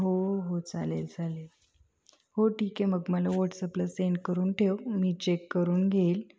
हो हो चालेल चालेल हो ठीक आहे मग मला व्हॉट्सअपला सेंड करून ठेव मी चेक करून घेईल